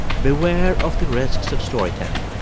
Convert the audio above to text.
beware of the risks of storytelling.